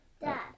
Dad